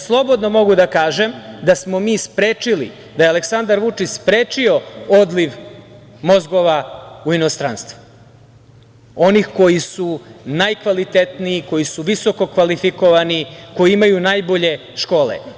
Slobodno mogu da kažem da smo mi sprečili, da je Aleksandar Vučić sprečio odliv mozgova u inostranstvo, onih koji su najkvalitetniji, onih koji su visoko kvalifikovani, koji imaju najbolje škole.